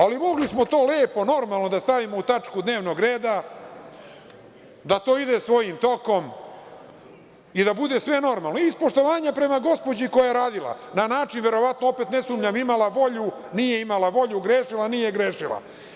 Ali, mogli smo to lepo, normalno da stavimo u tačku dnevnog reda, da to ide svojim tokom i da bude sve normalno, iz poštovanja prema gospođi koja je radila, na način verovatno, opet ne sumnjam, imala volju, nije imala volju, grešila, nije grešila.